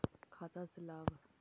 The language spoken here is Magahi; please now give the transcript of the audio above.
खाता से लाभ?